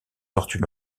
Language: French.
tortues